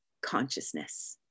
consciousness